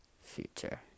future